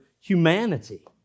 humanity